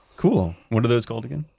cool. what are those called again?